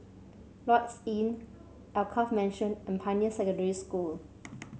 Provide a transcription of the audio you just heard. Lloyds Inn Alkaff Mansion and Pioneer Secondary School